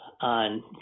on